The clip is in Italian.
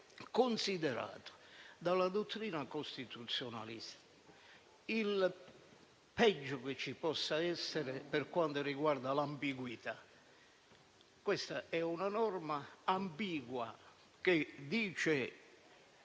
considerato dalla dottrina costituzionalista il peggio che ci possa essere per quanto riguarda l'ambiguità. Questa è una norma ambigua, che